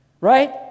right